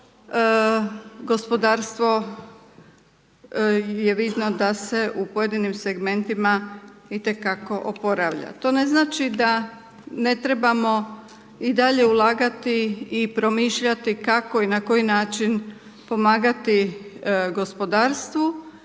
gospodarstvo je vidno da se u pojedinim segmentima i te kako oporavlja. To ne znači da ne trebamo i dalje ulagati i promišljati kako i na koji način pomagati gospodarstvu,